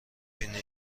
بینی